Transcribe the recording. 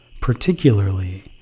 Particularly